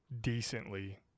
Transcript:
decently